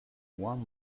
one